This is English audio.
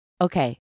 Okay